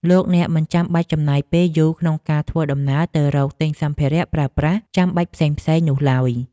លោកអ្នកមិនចាំបាច់ចំណាយពេលយូរក្នុងការធ្វើដំណើរទៅរកទិញសម្ភារៈប្រើប្រាស់ចាំបាច់ផ្សេងៗនោះឡើយ។